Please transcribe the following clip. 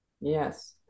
Yes